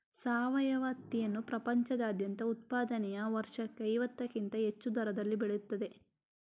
ಸಾವಯವ ಹತ್ತಿಯನ್ನು ಪ್ರಪಂಚದಾದ್ಯಂತ ಉತ್ಪಾದನೆಯು ವರ್ಷಕ್ಕೆ ಐವತ್ತಕ್ಕಿಂತ ಹೆಚ್ಚು ದರದಲ್ಲಿ ಬೆಳೆಯುತ್ತಿದೆ